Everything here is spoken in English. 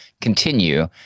continue